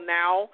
now